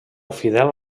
fidel